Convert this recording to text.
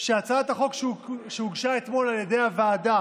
שהצעת החוק שהוגשה אתמול על ידי הוועדה